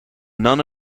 none